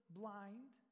blind